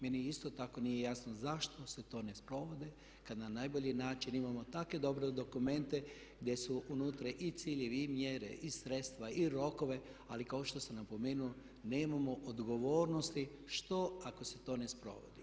Meni isto tako nije jasno zašto se to ne sprovodi kad na najbolji način imamo tako dobre dokumente gdje su unutra i ciljevi i mjere i sredstva i rokove, ali kao što sam napomenuo nemamo odgovornosti što ako se to ne sprovodi.